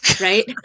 Right